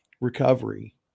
recovery